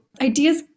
ideas